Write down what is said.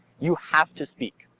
you have to speak.